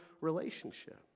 relationship